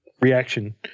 reaction